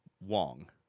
Wong